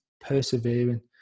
persevering